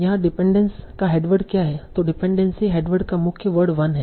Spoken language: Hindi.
यहाँ डिपेंडेंस का हेडवर्ड क्या है तों डिपेंडेंसी हेडवर्ड का मुख्य वर्ड 1 है